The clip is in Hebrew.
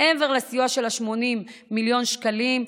מעבר לסיוע של 80 מיליון שקלים,